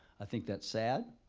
i think that's sad.